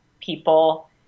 people